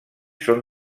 són